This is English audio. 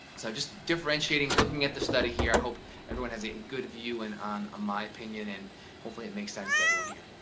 so just differentiating, looking at the study here i hope everyone has a good view and on my opinion and hopefully it make sense to everyone here.